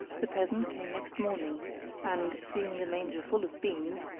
the peasant came next morning and, seeing the manger full of beans,